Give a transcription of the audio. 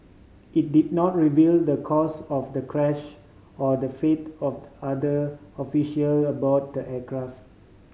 it did not reveal the cause of the crash or the fate of the other official aboard the aircraft